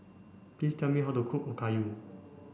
please tell me how to cook Okayu